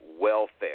welfare